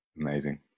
Amazing